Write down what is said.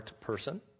person